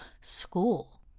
school